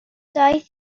doedd